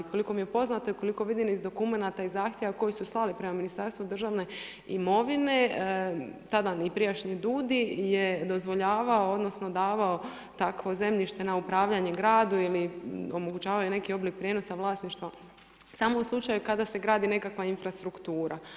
Koliko mi je poznato i koliko vidim iz dokumenata i zahtjeva koje su slali prema Ministarstvu državne imovine tada i prijašnji DUUDI je dozvoljavao, odnosno davao takvo zemljište na upravljanje gradu ili omogućavao je neki oblik prijenosa vlasništva samo u slučaju kada se gradi nekakva infrastruktura.